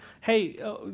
hey